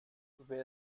wer